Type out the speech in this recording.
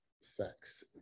sex